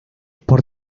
por